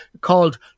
called